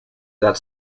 that